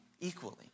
equally